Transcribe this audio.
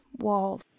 wall